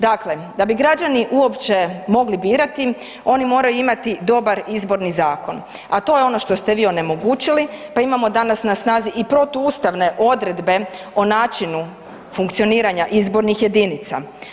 Dakle, da bi građani uopće mogli birati oni moraju imati dobar izborni zakon, a to je ono što ste vi onemogućili, pa imamo danas na snazi i protuustavne odredbe o načinu funkcioniranja izbornih jedinica.